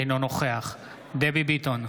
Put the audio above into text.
אינו נוכח דבי ביטון,